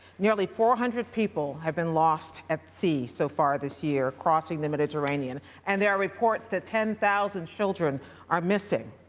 nearly four hundred people have been lost at sea so far this year, crossing the mediterranean. and there are reports that ten thousand children are missing.